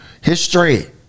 History